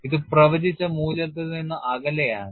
ഇത് പ്രവചിച്ച മൂല്യത്തിൽ നിന്ന് അകലെയാണ്